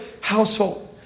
household